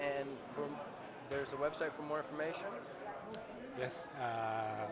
and there's a website for more information